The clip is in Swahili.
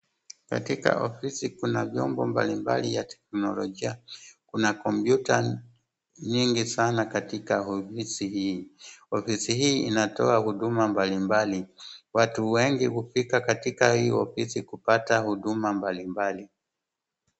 Katika ofisi kuna vyombo mbalimbali ya kiteknolojia. Kuna kompyuta nyingi sana katika ofisi hii. Ofisi hii inatoa huduma mbalimbali. Watu wengi hufika katika hii ofisi kupata huduma mbalimbali.